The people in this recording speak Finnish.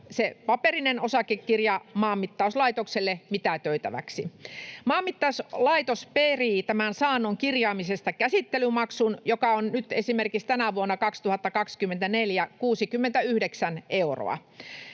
paperinen osakekirja Maanmittauslaitokselle mitätöitäväksi. Maanmittauslaitos perii tämän saannon kirjaamisesta käsittelymaksun, joka on nyt esimerkiksi tänä vuonna 69 euroa.